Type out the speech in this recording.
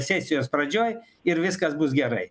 sesijos pradžioj ir viskas bus gerai